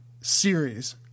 series